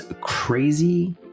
crazy